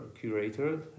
curator